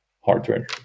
hardware